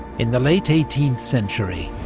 in the late eighteenth century,